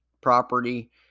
property